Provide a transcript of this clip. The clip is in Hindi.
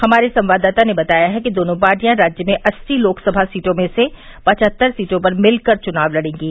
हमारे संवाददाता ने बताया है कि दोनों पार्टियां राज्य में अस्सी लोकसभा सीटों में से पचहत्तर सीटों पर मिलकर चुनाव लड़ेंगीं